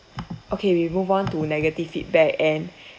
okay we move on to negative feedback and